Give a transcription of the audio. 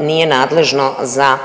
nije nadležno za